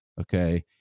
Okay